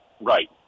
right